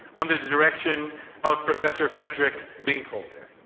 under the direction of professor frederick binkholder.